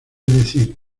decir